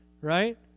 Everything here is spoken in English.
right